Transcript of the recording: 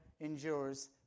endures